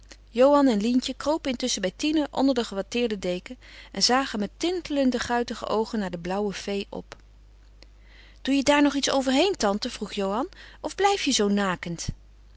johan en lientje kropen intusschen bij tine onder de gewatteerde deken en zagen met tintelende guitige oogen naar de blauwe fee op doe je daar nog iets overheen tante vroeg johan of blijf je zoo